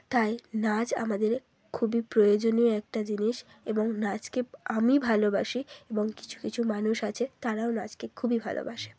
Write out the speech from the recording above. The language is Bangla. তাই নাচ আমাদের খুবই প্রয়োজনীয় একটা জিনিস এবং নাচকে আমি ভালোবাসি এবং কিছু কিছু মানুষ আছে তারাও নাচকে খুবই ভালোবাসে